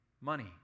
money